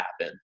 happen